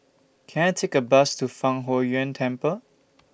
Can I Take A Bus to Fang Huo Yuan Temple